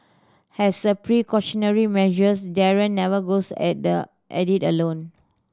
has a precautionary measures Darren never goes at the at it alone